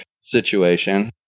situation